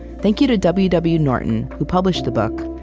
thank you to w w. norton, who published the book,